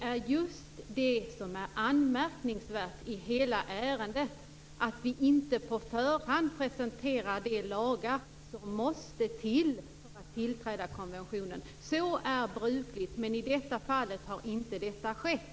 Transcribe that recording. Fru talman! Det som är anmärkningsvärt i hela ärendet är just att vi inte på förhand presenteras de lagar som måste till för att tillträda konventionen. Så är brukligt, men i detta fall har detta inte skett.